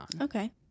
Okay